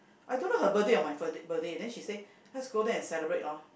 I don't know her birthday or my birthday birthday then she say let's go there and celebrate lor